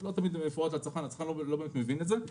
לא תמיד מפורט לצרכן, הצרכן לא באמת מבין את זה.